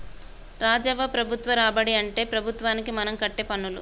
రాజవ్వ ప్రభుత్వ రాబడి అంటే ప్రభుత్వానికి మనం కట్టే పన్నులు